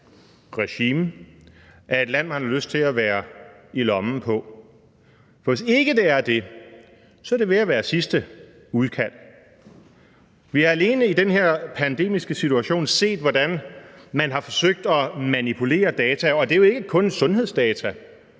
regime, er et land, man har lyst til at være i lommen på. For hvis ikke det er det, er det ved at være sidste udkald. Vi har alene i den her pandemiske situation set, hvordan man har forsøgt at manipulere data. Det er jo ikke kun sundhedsdata.